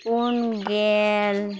ᱯᱩᱱ ᱜᱮᱞ